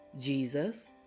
Jesus